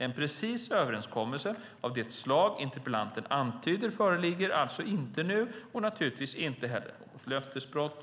En precis överenskommelse av det slag interpellanten antyder föreligger alltså inte nu och naturligtvis inte heller något löftesbrott.